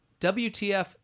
WTF